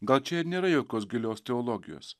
gal čia ir nėra jokios gilios teologijos